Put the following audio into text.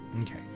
Okay